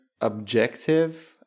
objective